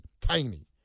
tiny